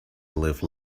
live